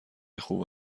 خوب